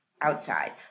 outside